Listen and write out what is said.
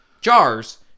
jars